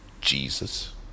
Jesus